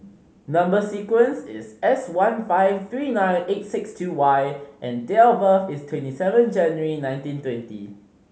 number sequence is S one five three nine eight six two Y and date of birth is twenty seven January nineteen twenty